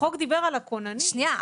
החוק דיבר על הכוננים -- שנייה,